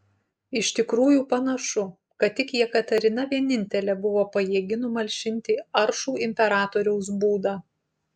iš tikrųjų panašu kad tik jekaterina vienintelė buvo pajėgi numalšinti aršų imperatoriaus būdą